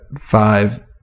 five